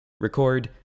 record